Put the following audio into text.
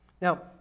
Now